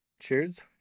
cheers